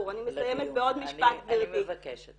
אני מבקשת.